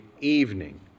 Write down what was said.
evening